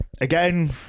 again